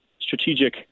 strategic